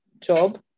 job